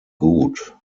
gut